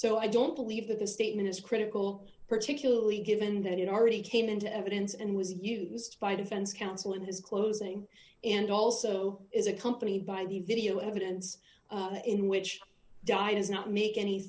so i don't believe that this statement is critical particularly given that it already came into evidence and was used by the defense counsel in his closing and also is a company by the video evidence in which died is not make any